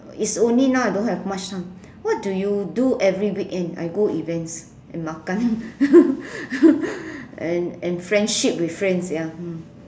is only now I don't have much time what do you do every weekend I go events and makan and and friendship with friends ya